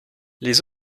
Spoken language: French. les